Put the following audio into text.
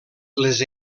les